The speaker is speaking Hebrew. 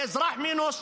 ואזרח מינוס,